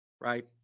right